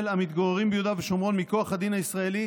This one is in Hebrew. המתגוררים ביהודה ושומרון מכוח הדין הישראלי